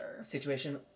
situation